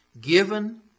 Given